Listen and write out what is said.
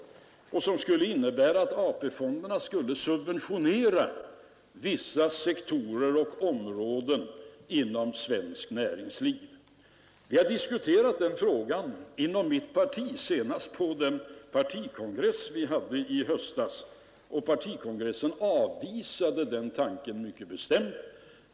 Svarar man ja på den skulle det innebära att AP-fonderna skulle subventionera vissa sektorer och områden inom svenskt näringsliv. Vi har diskuterat den frågan inom mitt parti, senast på den partikongress som vi hade i höstas. Partikongressen avvisade den tanken mycket bestämt.